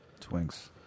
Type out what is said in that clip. Twinks